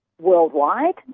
worldwide